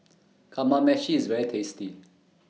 Kamameshi IS very tasty